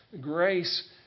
grace